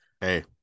Hey